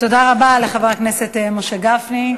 תודה רבה לחבר הכנסת משה גפני.